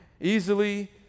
easily